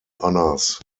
honours